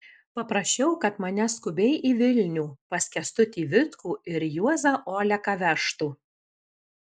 paprašiau kad mane skubiai į vilnių pas kęstutį vitkų ir juozą oleką vežtų